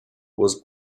was